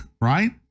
right